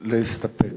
להסתפק.